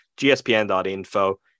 gspn.info